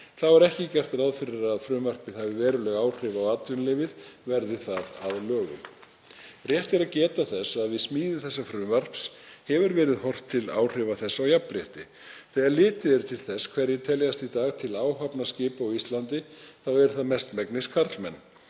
Þá er ekki gert ráð fyrir að frumvarpið hafi veruleg áhrif á atvinnulífið verði það að lögum. Rétt er að geta þess að við smíði þessa frumvarps hefur verið horft til áhrifa þess á jafnrétti. Þegar litið er til þess hverjir teljast í dag til áhafna skipa á Íslandi þá eru það mestmegnis karlmenn.